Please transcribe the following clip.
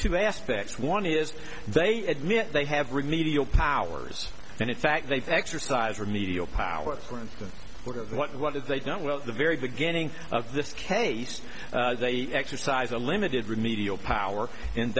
two aspects one is they admit they have remedial powers and in fact they exercise remedial powers for instance or what if they don't well at the very beginning of this case they exercise a limited remedial power and